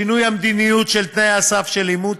שינוי המדיניות של תנאי הסף לאימוץ,